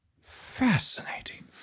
fascinating